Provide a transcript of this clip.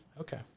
Okay